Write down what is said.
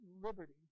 liberty